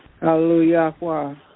Hallelujah